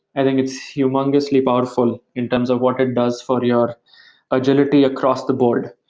i think it's humongously powerful, in terms of what it does for your agility across the board.